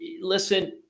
Listen